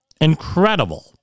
Incredible